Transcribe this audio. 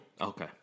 Okay